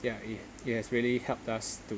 ya it it has really helped us to